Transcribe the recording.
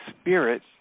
spirit